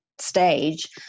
stage